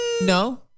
No